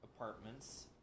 apartments